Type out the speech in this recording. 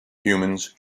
humans